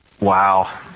Wow